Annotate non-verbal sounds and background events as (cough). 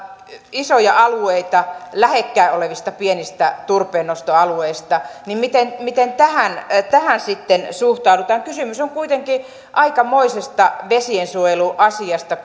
isoja alueita lähekkäin olevista pienistä turpeennostoalueista niin miten miten tähän tähän sitten suhtaudutaan kysymys on kuitenkin aikamoisesta vesiensuojeluasiasta (unintelligible)